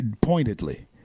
pointedly